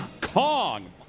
Kong